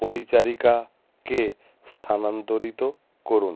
পরিচারিকাকে স্থানান্তরিত করুন